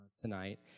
tonight